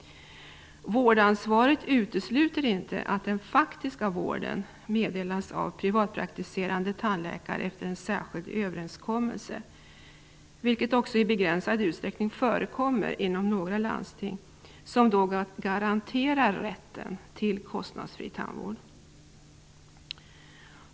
Vårdansvaret utesluter inte att den faktiska vården meddelas av privatpraktiserande tandläkare efter särskild överenskommelse. Detta förekommer också i begränsad utsträckning inom några landsting, som då garanterar rätten till kostnadsfri tandvård.